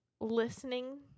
listening